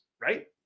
right